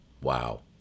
Wow